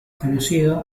conocido